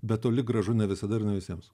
bet toli gražu ne visada ir ne visiems